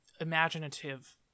imaginative